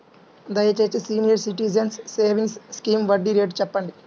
దయచేసి senior citizens savings scheme వడ్డీ rate చెప్పండి